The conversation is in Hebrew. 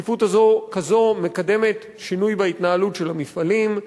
ששקיפות כזו מקדמת שינוי בהתנהלות של המפעלים,